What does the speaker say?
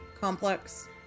complex